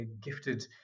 gifted